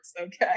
Okay